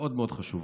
מאוד מאוד חשובה,